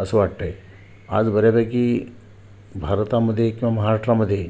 असं वाटतं आहे आज बऱ्यापैकी भारतामध्ये किंवा महाराष्ट्रामध्ये